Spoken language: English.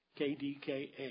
KDKA